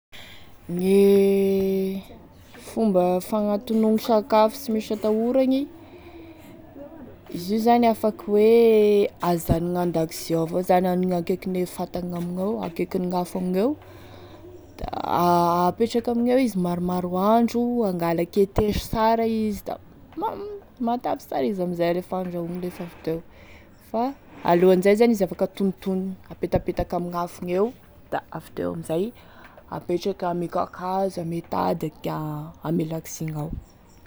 Gne fomba fanantonoagny sakafo sy misy hatahoragny, izy io zany afaky hoe azanogny andakozia avao zany aniny akekine fatagny amigneo, akaikine gn'afo amigneo, da apetraky amigneo izy maromaro andro angalaky e tesy sara izy da ma- matavy sara izy amzay lefa andrahoagny lefa avy teo, fa alohan'izay zany izy afaky atonotonogny, apetapetaky amign'afo igny eo da avy teo amin'izay apetraky ame kakazo ame tady ame lakozia igny ao.